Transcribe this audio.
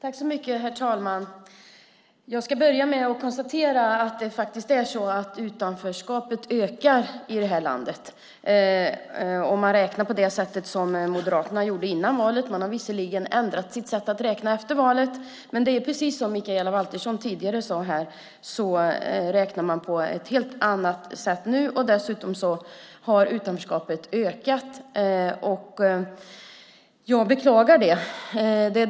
Herr talman! Jag ska börja med att konstatera att utanförskapet faktiskt ökar i det här landet om man räknar på det sätt Moderaterna gjorde före valet. Man har visserligen ändrat sitt sätt att räkna efter valet. Precis som Mikaela Valtersson sade räknar man på ett helt annat sätt nu. Dessutom har utanförskapet ökat. Jag beklagar det.